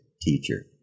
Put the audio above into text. teacher